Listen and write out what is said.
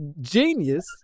genius